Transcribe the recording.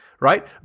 Right